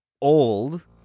old